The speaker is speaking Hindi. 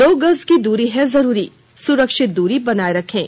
दो गज की दूरी है जरूरी सुरक्षित दूरी बनाए रखें